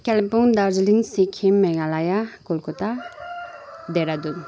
Kalimpong Darjeeling Sikkim Meghalaya Calcutta Dehradun